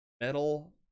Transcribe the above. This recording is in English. metal